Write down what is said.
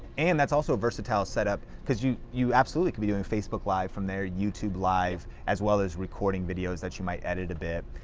and that's also a versatile setup, because you you absolutely could be doing facebook live from there, youtube live, as well as recording videos that you might edit a bit.